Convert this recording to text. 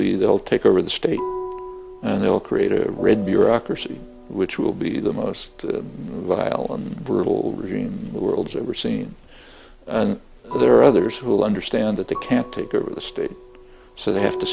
be they will take over the state and they will create a red bureaucracy which will be the most vile and brutal regime the world's ever seen and there are others who will understand that they can't take over the state so they have to